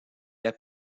est